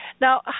Now